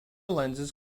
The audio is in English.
lenses